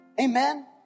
Amen